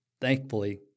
thankfully